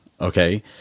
okay